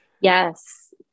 Yes